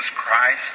Christ